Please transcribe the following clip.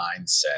mindset